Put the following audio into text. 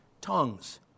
tongues